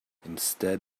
instead